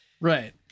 Right